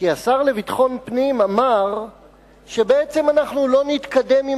כי השר לביטחון פנים אמר שבעצם אנחנו לא נתקדם עם